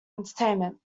entertainment